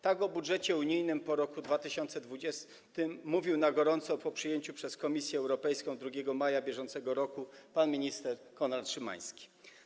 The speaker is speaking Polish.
Tak o budżecie unijnym po roku 2020 mówił na gorąco po jego przyjęciu przez Komisję Europejską 2 maja br. pan minister Konrad Szymański.